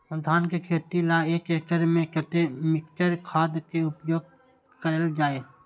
धान के खेती लय एक एकड़ में कते मिक्चर खाद के उपयोग करल जाय?